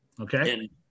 Okay